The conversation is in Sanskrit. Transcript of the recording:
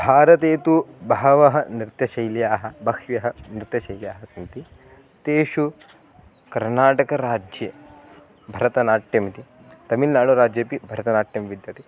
भारते तु बहवः नृत्यशैल्याः बह्व्यः नृत्यशैल्याः सन्ति तेषु कर्नाटकराज्ये भरतनाट्यमिति तमिल्नाडुराज्येपि भरतनाट्यं विद्यते